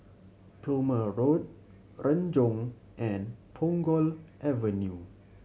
Plumer Road Renjong and Punggol Avenue